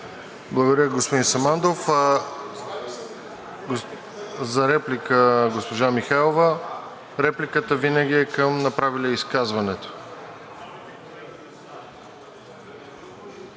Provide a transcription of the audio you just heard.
Благодаря, господин Самандов. За реплика – госпожа Михайлова. Репликата винаги е към направилия изказването.